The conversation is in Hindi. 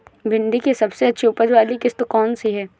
भिंडी की सबसे अच्छी उपज वाली किश्त कौन सी है?